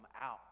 out